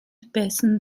байсан